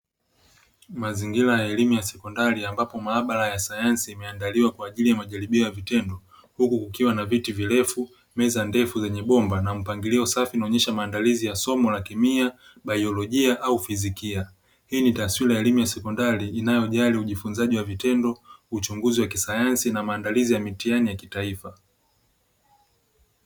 Mazingira ya elimu ya sekondari ambapo maabara ya sayansi imeandaliwa kwaajili ya majaribio ya vitendo huku kukiwa na viti virefu, meza ndefu zenye bomba na mpangilio safi inaonyesha maandalizi ya somo la kemia, biolojia au fizikia. Hii ni taswira ya elimu ya sekondari inayojali ujifunzaji wa vitendo, uchunguzi wa kisayansi na maandalizi ya mitihani ya kitaifa.